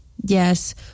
Yes